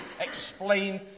explain